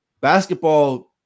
basketball